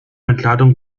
entladung